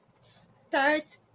start